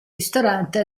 ristorante